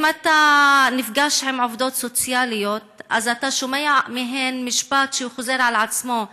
אם אתה נפגש עם עובדות סוציאליות אתה שומע מהן משפט שחוזר על עצמו,